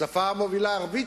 השפה המובילה עברית,